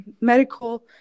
medical